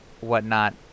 whatnot